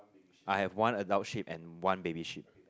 I have one adult sheep and one baby sheep